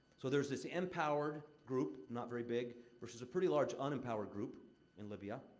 so, there's this empowered group not very big versus a pretty large unempowered group in libya.